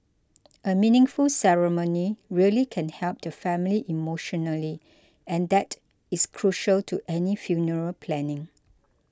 a meaningful ceremony really can help the family emotionally and that is crucial to any funeral planning